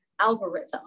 algorithm